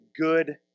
good